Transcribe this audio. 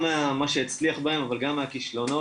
גם ממה שהצליח בהם, אבל גם מהכישלונות.